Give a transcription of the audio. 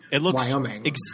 Wyoming